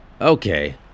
Okay